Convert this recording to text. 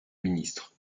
ministre